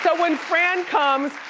when fran comes,